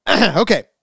Okay